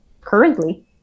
currently